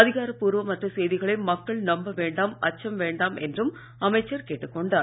அதிகாரப்பூர்வமற்ற செய்திகளை மக்கள் நம்ப வேண்டாம் அச்சம் வேண்டாம் என்றும் அமைச்சர் கேட்டுக் கொண்டார்